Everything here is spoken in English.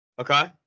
Okay